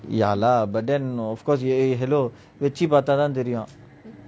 ya lah but then of course you eh hello வெச்சு பாத்த தான் தெரியும்:vechu paatha dhan theriyum